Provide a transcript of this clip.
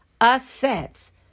assets